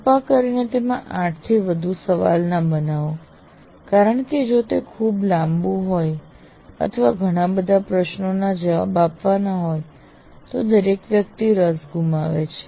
કૃપા કરીને તેમાં 8 થી વધુ સવાલ ન બનાવો કારણ કે જો તે ખૂબ લાબું હોય અથવા ઘણા બધા પ્રશ્નોના જવાબ આપવાના હોય તો દરેક વ્યક્તિ રસ ગુમાવે છે